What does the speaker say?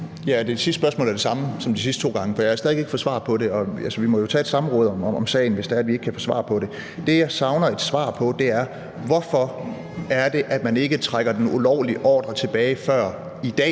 Mit sidste spørgsmål er det samme som de sidste to gange, for jeg har stadig ikke fået svar på det. Og altså, vi må jo tage et samråd om sagen, hvis det er, at vi ikke kan få svar på det. Det, jeg savner et svar på, er: Hvorfor er det, at man ikke trækker den ulovlige ordre tilbage før i dag,